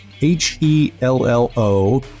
H-E-L-L-O